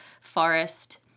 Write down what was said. forest